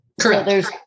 Correct